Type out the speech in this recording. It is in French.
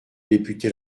député